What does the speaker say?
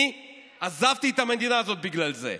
אני עזבתי את המדינה הזאת בגלל זה.